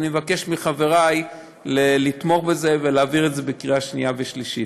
ואני מבקש מחברי לתמוך בזה ולהעביר את זה בקריאה שנייה ושלישית.